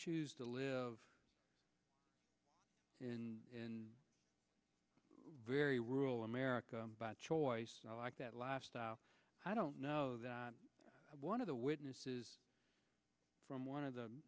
choose to live in very rural america by choice i like that last hour i don't know that one of the witnesses from one of the